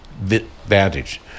vantage